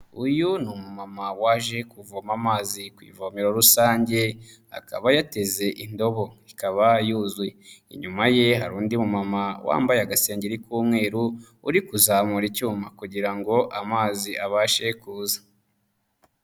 Uyu ni umumama waje kuvoma amazi ku ivomero rusange, akaba yateze indobo ikaba yuzuye, inyuma ye hari undi mumama wambaye agasengeri k'umweru uri kuzamura icyuma kugira ngo amazi abashe kuza.